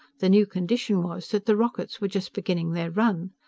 the new condition was that the rockets were just beginning their run.